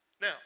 Now